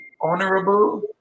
Honorable